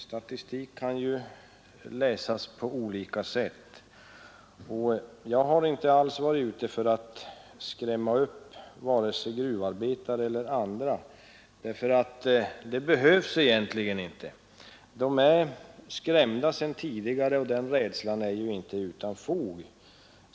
Den kan ju läsas på olika sätt. Jag har alls inte varit ute efter att skrämma upp vare sig gruvarbetare eller andra. Det behövs egentligen inte. De är skrämda sedan tidigare, och den rädslan är inte utan fog.